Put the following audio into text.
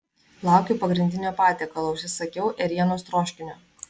laukiu pagrindinio patiekalo užsisakiau ėrienos troškinio